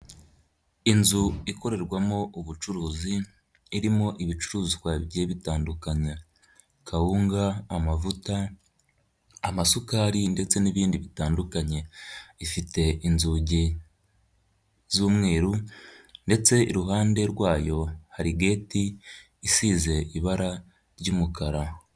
Inzu ikorerwamo ubucuruzi irimo ibicuruzwa bigiye bitandukanya, kawunga, amavuta, amasukari ndetse n'ibindi bitandukanye, ifite inzugi z'umweru ndetse iruhande rwayo hari geti isize ibara ry'umukara.